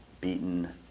beaten